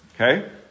okay